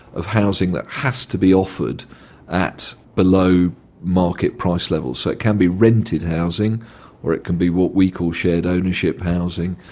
of housing that has to be offered at below market price levels. so it can be rented housing or it could be what we call shared ownership housing,